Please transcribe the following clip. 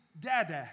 dada